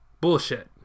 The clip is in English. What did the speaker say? Bullshit